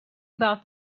about